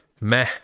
Meh